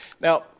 Now